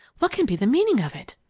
what can be the meaning of it?